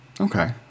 Okay